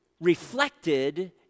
reflected